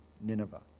Nineveh